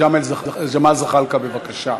ג'מאל זחאלקה, בבקשה.